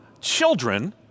children